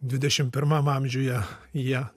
dvidešim pirmam amžiuje jie